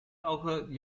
elke